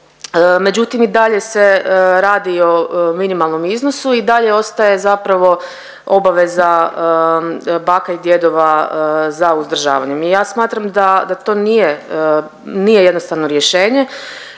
međutim i dalje se radi o minimalnom iznosu i dalje ostaje zapravo obaveza baka i djedova za uzdržavanjem. Ja smatram da to nije jednostavno rješenje